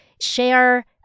share